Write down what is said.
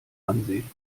ansehen